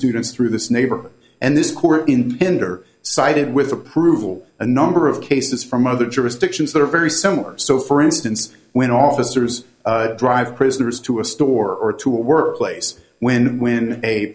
students through this neighbor and this court in tender cited with approval a number of cases from other jurisdictions that are very similar so for instance when officers drive prisoners to a store or to a workplace when when a